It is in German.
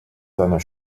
seiner